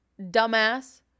Dumbass